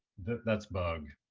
that's bug.